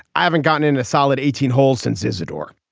i haven't gotten in a solid eighteen hole since isidore